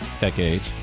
decades